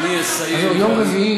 אתה יודע למה, יריב.